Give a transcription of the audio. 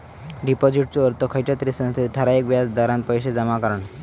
डिपाॅजिटचो अर्थ खयच्या तरी संस्थेत ठराविक व्याज दरान पैशे जमा करणा